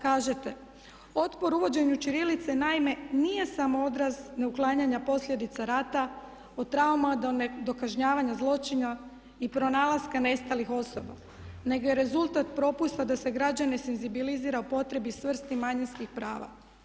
Kažete otpor uvođenju ćirilice naime nije samo odraz neuklanjanja posljedica rata, od trauma, do kažnjavanja zločina i pronalaska nestalih osoba, nego je rezultat propusta da se građane senzibilizira o potrebi … manjinskih prava.